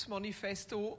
Manifesto